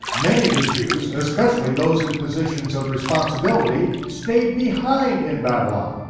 many of the jews, especially those in positions of responsibility, stayed behind in babylon.